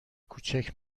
کوچک